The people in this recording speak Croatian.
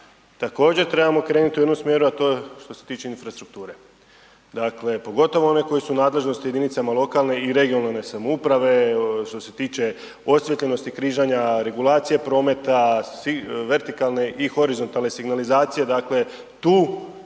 također trebamo krenuti u jednom smjeru, a to je što se tiče infrastrukture. Dakle, pogotovo one koje su u nadležnosti jedinicama lokalne i regionalne samouprave, što se tiče osvijetljenosti križanja, regulacija prometa, vertikalne i horizontalne signalizacije, dakle, tu